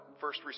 first